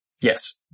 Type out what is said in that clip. Yes